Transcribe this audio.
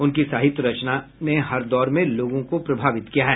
उनकी साहित्य रचना ने हर दौर में लोगों को प्रभावित किया है